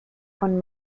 von